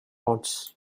ons